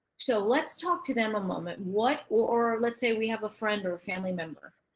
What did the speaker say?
so let's talk to them a moment, what, or let's say we have a friend or a family member